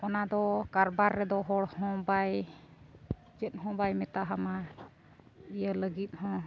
ᱚᱱᱟ ᱫᱚ ᱠᱟᱨᱵᱟᱨ ᱨᱮᱫᱚ ᱦᱚᱲ ᱦᱚᱸ ᱵᱟᱭ ᱪᱮᱫ ᱦᱚᱸ ᱵᱟᱭ ᱢᱮᱛᱟ ᱟᱢᱟ ᱤᱭᱟᱹ ᱞᱟᱹᱜᱤᱫ ᱦᱚᱸ